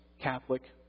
Catholic